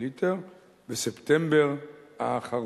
לליטר בספטמבר האחרון.